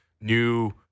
New